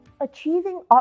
Achieving